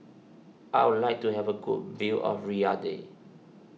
I would like to have a good view of Riyadh